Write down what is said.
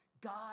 God